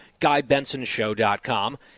GuyBensonShow.com